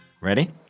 Ready